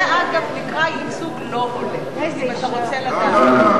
זה, אגב, נקרא ייצוג לא הולם, אם אתה רוצה לדעת.